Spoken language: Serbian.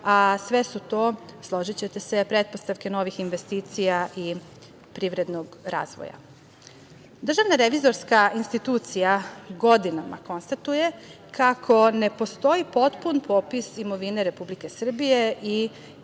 a sve su to, složićete se, pretpostavke novih investicija i privrednog razvoja. Državna revizorska institucija godinama konstatuje kako ne postoji potpun opis imovine Republike Srbije i